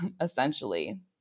essentially